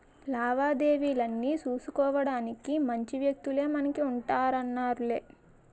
లావాదేవీలన్నీ సూసుకోడానికి మంచి వ్యక్తులే మనకు ఉంటన్నారులే